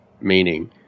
meaning